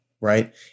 right